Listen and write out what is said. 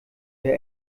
der